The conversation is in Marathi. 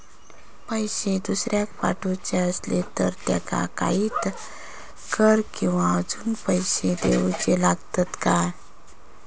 पैशे दुसऱ्याक पाठवूचे आसले तर त्याका काही कर किवा अजून पैशे देऊचे लागतत काय?